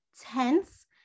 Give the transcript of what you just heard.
tense